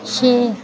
छे